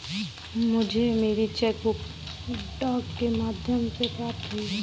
मुझे मेरी cheque book डाक के माध्यम से प्राप्त हुई है